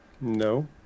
No